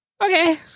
Okay